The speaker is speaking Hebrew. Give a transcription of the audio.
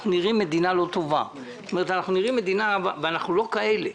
אנחנו נראים מדינה לא טובה ואנחנו לא כאלה,